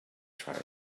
tried